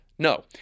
No